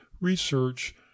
research